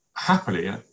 Happily